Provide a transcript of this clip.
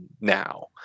now